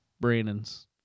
Brandon's